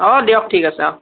অঁ দিয়ক ঠিক আছে অ